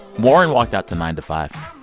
warren walked out to nine to five.